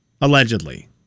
allegedly